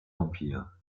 empire